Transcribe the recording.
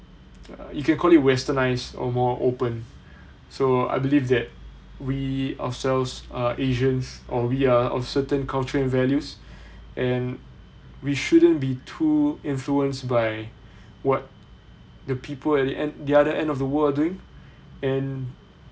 you can call it westernized or more open so I believe that we ourselves are asians or we are of certain cultural values and we shouldn't be too influenced by what the people at the at the other end of the world are doing and